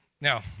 Now